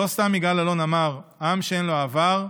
לא סתם יגאל אלון אמר: עם שאין לו עבר,